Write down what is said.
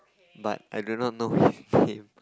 but I do not know who him